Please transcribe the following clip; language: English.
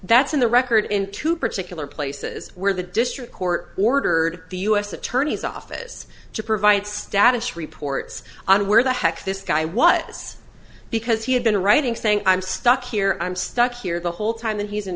that's in the record in two particular places where the district court ordered the u s attorney's office to provide status reports on where the heck this guy was because he had been writing saying i'm stuck here i'm stuck here the whole time that he's in